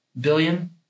billion